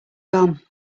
gone